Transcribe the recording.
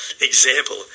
example